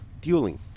dueling